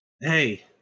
Hey